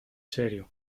serio